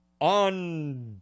on